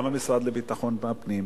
גם המשרד לביטחון הפנים,